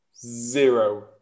zero